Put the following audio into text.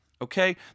Okay